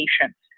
patients